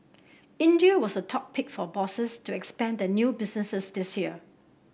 India was the top pick for bosses to expand their new businesses this year